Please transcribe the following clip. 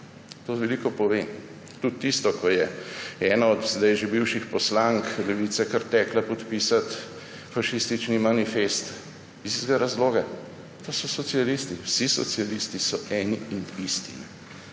To veliko pove. Tudi tisto, ko je ena od zdaj že bivših poslank Levice kar tekla podpisat fašistični manifest. Iz istega razloga, to so socialisti. Vsi socialisti so eni in isti,